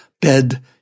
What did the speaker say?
bed